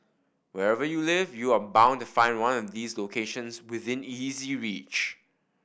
wherever you live you are bound to find one of these locations within easy reach